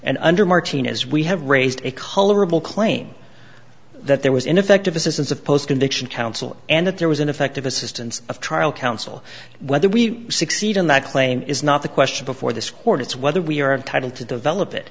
and under martnez we have raised a colorable claim that there was ineffective assistance of post conviction counsel and that there was ineffective assistance of trial counsel whether we succeed in that claim is not the question before this court it's whether we are entitled to develop it